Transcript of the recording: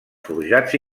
forjats